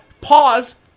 pause